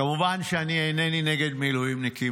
כמובן שאני אינני נגד מילואימניקים,